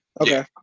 Okay